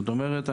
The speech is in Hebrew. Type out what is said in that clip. זאת אומרת,